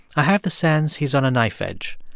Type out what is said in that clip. i have the sense he's on a knife edge.